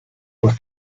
were